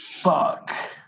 Fuck